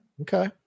Okay